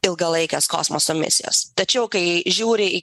ilgalaikės kosmoso misijos tačiau kai žiūri